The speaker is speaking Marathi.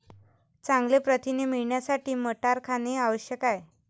चांगले प्रथिने मिळवण्यासाठी मटार खाणे आवश्यक आहे